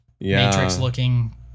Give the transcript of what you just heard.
Matrix-looking